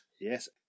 Yes